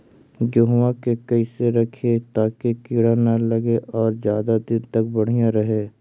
गेहुआ के कैसे रखिये ताकी कीड़ा न लगै और ज्यादा दिन तक बढ़िया रहै?